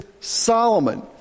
Solomon